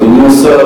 אדוני השר,